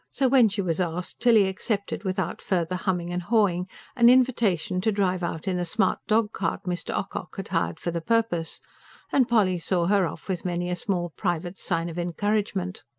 so, when she was asked, tilly accepted without further humming and hawing an invitation to drive out in the smart dog-cart mr. ocock had hired for the purpose and polly saw her off with many a small private sign of encouragement.